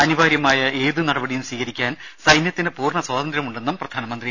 അനിവാര്യമായ ഏത് നടപടിയും സ്വീകരിക്കാൻ സൈന്യത്തിന് പൂർണ്ണ സ്വാതന്ത്ര്യമുണ്ടെന്നും പ്രധാനമന്ത്രി